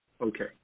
Okay